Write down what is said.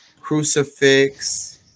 crucifix